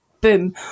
Boom